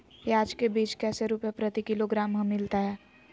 प्याज के बीज कैसे रुपए प्रति किलोग्राम हमिलता हैं?